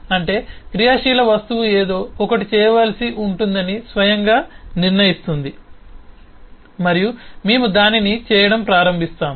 అంటే క్రియాశీలక వస్తువు ఏదో ఒకటి చేయవలసి ఉంటుందని స్వయంగా నిర్ణయిస్తుంది మరియు మేము దానిని చేయడం ప్రారంభిస్తాము